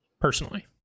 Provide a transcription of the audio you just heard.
personally